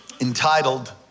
entitled